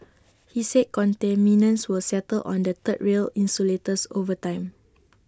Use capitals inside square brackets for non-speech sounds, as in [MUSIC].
[NOISE] he said contaminants will settle on the third rail insulators over time